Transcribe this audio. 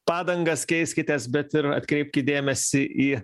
padangas keiskitės bet ir atkreipkit dėmesį į